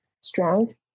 strength